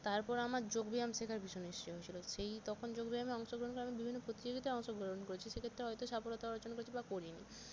তারপর আমার যোগ ব্যায়াম শেখার ভীষণ ইচ্ছা হয়েছিলো সেই তখন যোগ ব্যায়ামে অংশগ্রহণ করে আমি বিভিন্ন প্রতিযোগিতায় অংশগ্রহণ করেছি সে ক্ষেত্রে হয়তো সাফল্যতা অর্জন করেছি বা করিনি